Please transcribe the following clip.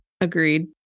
Agreed